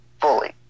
Fully